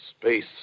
space